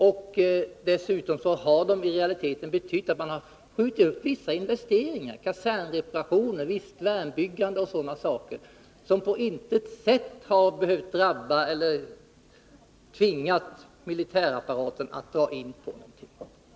De har dessutom i realiteten bara betytt att man skjutit upp vissa investeringar, t.ex. kasernreparationer och värnbyggande, medan man på intet sätt tvingat militärapparaten att dra in.